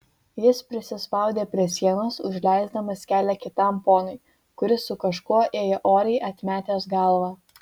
jis prisispaudė prie sienos užleisdamas kelią kitam ponui kuris su kažkuo ėjo oriai atmetęs galvą